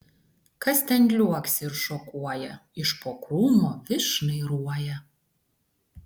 kas ten liuoksi ir šokuoja iš po krūmo vis šnairuoja